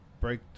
Break